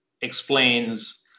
explains